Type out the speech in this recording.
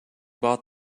bought